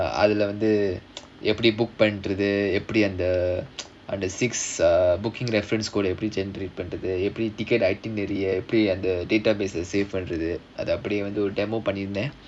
uh அதுல வந்து எப்படி:adhula vandhu eppadi under uh under six uh booking reference code எப்படி:eppadi every ticket எப்படி வந்து:eppadi vandhu the databases அது அப்டியே வந்து:adhu apdiyae vandhu demonstration பண்ணிருந்தேன்:pannirunthaen